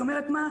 היא אומרת 'מה,